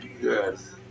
Yes